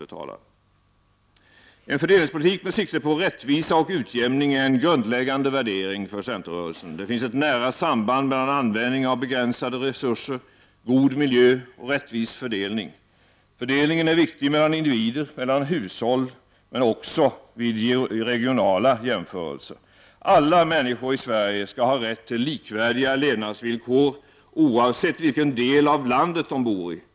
En fördelningspolitik med sikte på rättvisa och utjämning är en grundläggande värdering för centerrörelsen. Det finns ett nära samband mellan användning av begränsade resurser, god miljö och rättvis fördelning. Fördelningen är viktig mellan individer, mellan hushåll, och mellan regioner. Alla människor i Sverige skall ha rätt till likvärdiga levnadsvillkor, oavsett vilken del av landet de bor i.